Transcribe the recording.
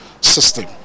system